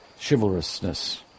chivalrousness